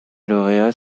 lauréats